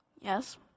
Yes